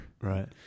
right